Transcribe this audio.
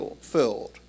filled